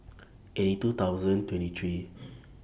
eighty two thousand twenty three